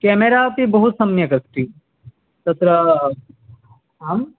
camera अपि बहु सम्यक् अस्ति तत्र आम्